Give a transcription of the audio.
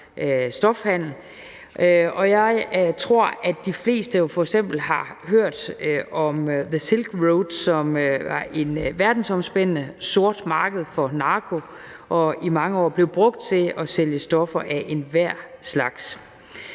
stofhandel. Jeg tror, at de fleste f.eks. har hørt om The Silk Road, som var et verdensomspændende sort marked for narko, og det blev i mange år brugt til at sælge stoffer af enhver slags.